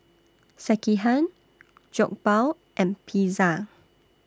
Sekihan Jokbal and Pizza